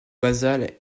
basale